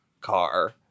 car